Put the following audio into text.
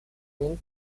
den